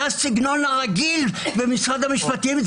זה הסגנון הרגיל במשרד המשפטים.